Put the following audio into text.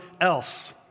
else